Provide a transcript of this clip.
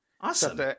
Awesome